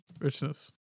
richness